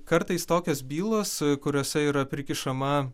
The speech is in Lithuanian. kartais tokios bylos kuriose yra prikišama